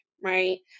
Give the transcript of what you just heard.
right